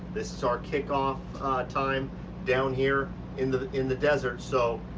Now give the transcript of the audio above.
this is our kickoff time down here in the, in the desert. so,